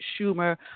Schumer